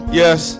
yes